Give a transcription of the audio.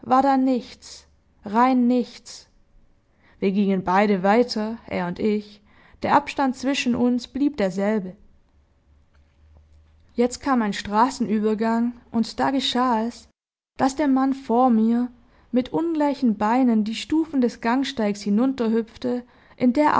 war da nichts rein nichts wir gingen beide weiter er und ich der abstand zwischen uns blieb derselbe jetzt kam ein straßenübergang und da geschah es daß der mann vor mir mit ungleichen beinen die stufen des gangsteigs hinunterhüpfte in der